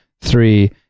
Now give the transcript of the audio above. Three